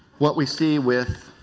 what we see with